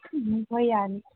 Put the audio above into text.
ꯎꯝ ꯍꯣꯏ ꯌꯥꯅꯤ